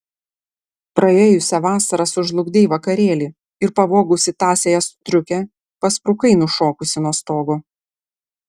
praėjusią vasarą sužlugdei vakarėlį ir pavogusi tąsiąją striukę pasprukai nušokusi nuo stogo